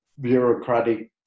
bureaucratic